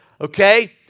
Okay